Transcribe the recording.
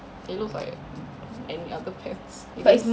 it looks like any other pants you use